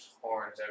horns